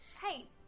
Hey